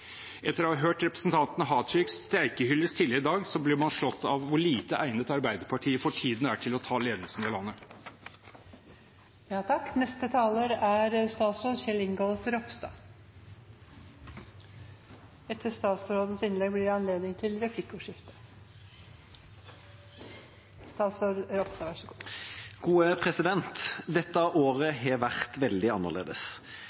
Etter å ha hørt representanten Tajiks streikehyllest tidligere i dag blir man slått av hvor lite egnet Arbeiderpartiet for tiden er til å ta ledelsen i